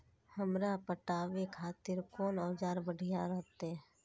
हमरा पटावे खातिर कोन औजार बढ़िया रहते?